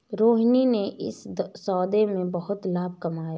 रोहिणी ने इस सौदे में बहुत लाभ कमाया